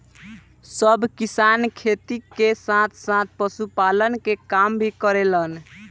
सब किसान खेती के साथ साथ पशुपालन के काम भी करेलन